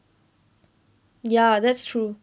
ya that's true